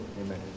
amen